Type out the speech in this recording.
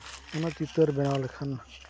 ᱚᱱᱟ ᱪᱤᱛᱟᱹᱨ ᱵᱮᱱᱟᱣ ᱞᱮᱠᱷᱟᱱ